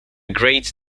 great